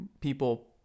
people